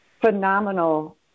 phenomenal